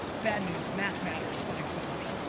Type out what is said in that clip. bad news. math matters find somebody.